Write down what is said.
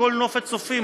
הכול נופת צופים,